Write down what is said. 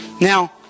now